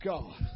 God